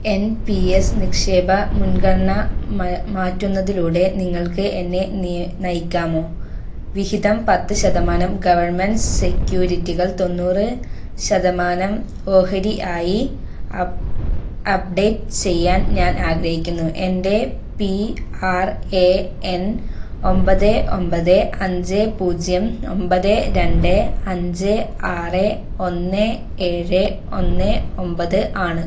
N P S നിക്ഷേപ മുൻഗണന മാറ്റുന്നതിലൂടെ നിങ്ങൾക്ക് എന്നെ നയിക്കാമോ വിഹിതം പത്ത് ശതമാനം ഗവൺമെൻ്റ് സെക്യൂരിറ്റികൾ തൊണ്ണൂറ് ശതമാനം ഓഹരി ആയി അപ്ഡേറ്റ് ചെയ്യാൻ ഞാൻ ആഗ്രഹിക്കുന്നു എൻ്റെ പി ആർ എ എൻ ഒമ്പത് ഒമ്പത് അഞ്ച് പൂജ്യം ഒമ്പത് രണ്ട് അഞ്ച് ആറ് ഒന്ന് ഏഴ് ഒന്ന് ഒമ്പത് ആണ്